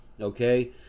okay